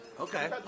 Okay